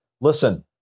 listen